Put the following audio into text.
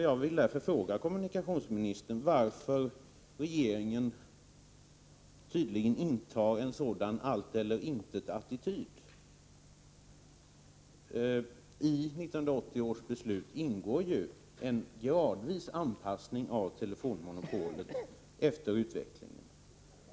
Jag vill därför fråga kommunikationsministern varför regeringen tydligen intar en sådan allt-eller-intet-attityd. I 1980 års beslut ingår ju en gradvis anpassning av telefonmonopolet till utvecklingen.